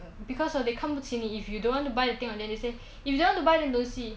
because they 看不起你 if you don't want to buy the thing hor then they say if you don't want to buy then don't see